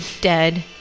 dead